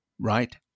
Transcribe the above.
right